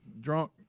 drunk